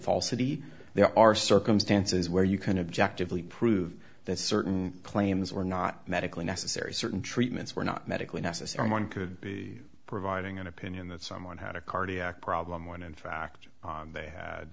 falsity there are circumstances where you can objectively prove that certain claims were not medically necessary certain treatments were not medically necessary one could be providing an opinion that someone had a cardiac problem when in fact they had